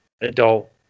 adult